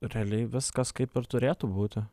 realiai viskas kaip ir turėtų būti